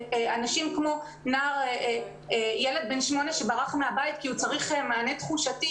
כמו ילד בן 8 שברח מהבית כי הוא צריך מענה תחושתי.